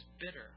bitter